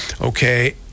okay